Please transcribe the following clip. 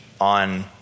on